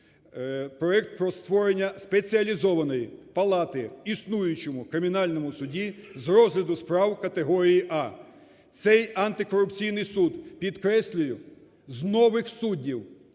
проект про створення спеціалізованої палати в існуючому Кримінальному суді з розгляду справ категорії "А". Цей антикорупційний суд, підкреслюю, з нових суддів,